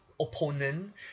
opponent